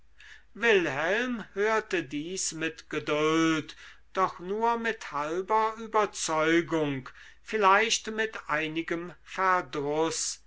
wilhelm hörte dies mit geduld doch nur mit halber überzeugung vielleicht mit einigem verdruß